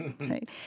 right